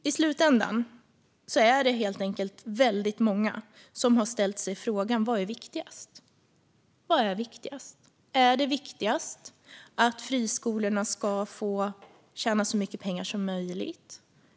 I slutändan är det helt enkelt väldigt många som har ställt sig frågan vad som är viktigast. Är det viktigast att friskolorna ska få tjäna så mycket pengar som möjligt?